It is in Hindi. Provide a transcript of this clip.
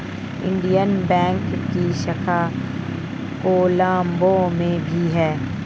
इंडियन बैंक की शाखा कोलम्बो में भी है